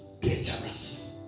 dangerous